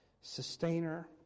sustainer